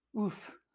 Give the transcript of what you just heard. oof